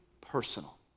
personal